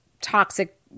toxic